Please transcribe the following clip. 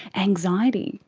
anxiety,